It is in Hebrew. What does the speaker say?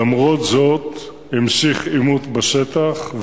למרות זאת המשיך עימות בשטח,